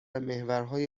محورهای